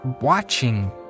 watching